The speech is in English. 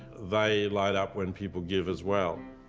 they light up when people give as well.